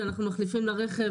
כשאנחנו מחליפים לרכב,